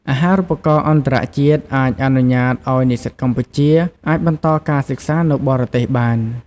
អាហារូបករណ៍អន្តរជាតិអាចអនុញ្ញាតឱ្យនិស្សិតកម្ពុជា អាចបន្តការសិក្សានៅបរទេសបាន។